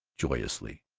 joyously.